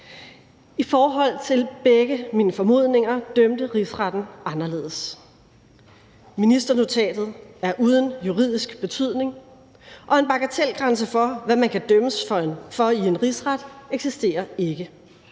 I forhold til begge mine formodninger dømte Rigsretten anderledes. Ministernotatet er uden juridisk betydning, og en bagatelgrænse for, hvad man kan dømmes for i en rigsret, eksisterer ikke.